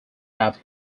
have